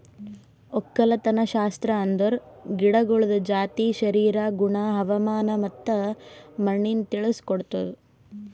ಒಕ್ಕಲತನಶಾಸ್ತ್ರ ಅಂದುರ್ ಗಿಡಗೊಳ್ದ ಜಾತಿ, ಶರೀರ, ಗುಣ, ಹವಾಮಾನ ಮತ್ತ ಮಣ್ಣಿನ ತಿಳುಸ್ ಕೊಡ್ತುದ್